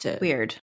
Weird